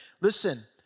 Listen